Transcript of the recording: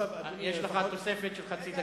יש לך תוספת של חצי דקה.